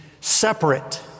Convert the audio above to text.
separate